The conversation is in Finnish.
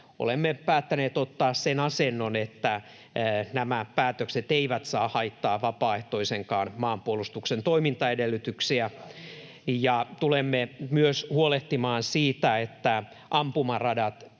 olemme päättäneet ottaa sen asennon, että nämä päätökset eivät saa haitata vapaaehtoisenkaan maanpuolustuksen toimintaedellytyksiä, [Tuomas Kettunen: Hyvä kirjaus!] ja tulemme myös huolehtimaan siitä, että ampumaradat